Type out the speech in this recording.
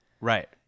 Right